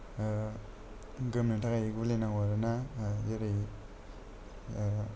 गेलेनो थाखाय गुलि नांगौ आरोना जेरै